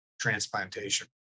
transplantation